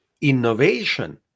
innovation